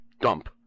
dump